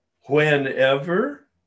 Whenever